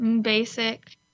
basic